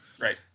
right